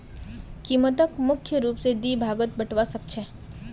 कीमतक मुख्य रूप स दी भागत बटवा स ख छ